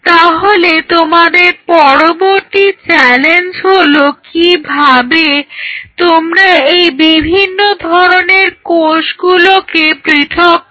তাহলে তোমাদের পরবর্তী চ্যালেঞ্জ হলো কিভাবে তোমরা এই বিভিন্ন ধরনের কোষগুলোকে পৃথক করবে